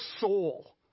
soul